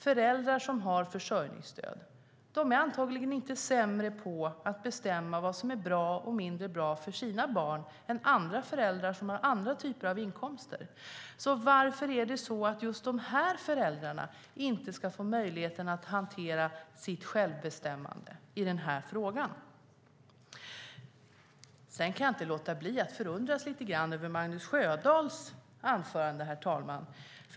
Föräldrar som har försörjningsstöd är antagligen inte sämre på att bestämma vad som är bra och mindre bra för sina barn är föräldrar som har andra typer av inkomster. Varför ska just de här föräldrarna inte få möjlighet till självbestämmande i den här frågan? Jag kan inte låta bli att förundras lite grann över Magnus Sjödahls anförande, herr talman.